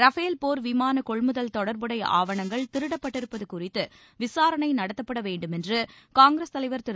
Rafale போர் விமான கொள்முதல் தொடர்புடைய ஆவணங்கள் திருடப்பட்டிருப்பது குறித்து விசாரணை நடத்தப்பட வேண்டுமென்று காங்கிரஸ் தலைவர் திரு